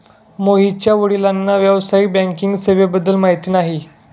मोहितच्या वडिलांना व्यावसायिक बँकिंग सेवेबद्दल माहिती नाही